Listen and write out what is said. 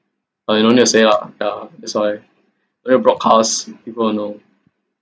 uh you no need to say lah yeah that's why no need broadcast people will know